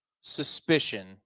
suspicion –